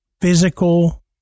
physical